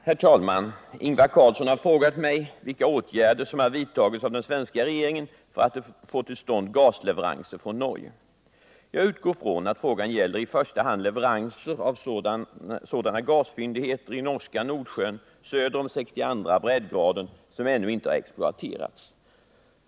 Herr talman! Ingvar Carlsson har frågat mig vilka åtgärder som har vidtagits av den svenska regeringen för att få till stånd gasleveranser från Norge. Jag utgår från att frågan gäller i första hand leveranser från sådana gasfyndigheter i norska Nordsjön söder om 62:a breddgraden som ännu inte exploateras.